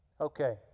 Okay